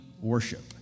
worship